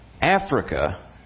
Africa